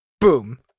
Boom